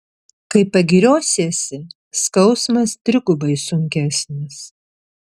kai pagiriosiesi skausmas trigubai sunkesnis